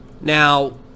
Now